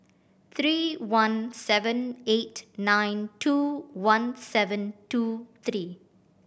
three one seven eight nine two one seven two three